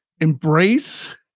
embrace